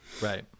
right